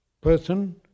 person